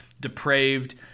depraved